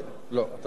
לא, אתה לא יכול.